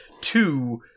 Two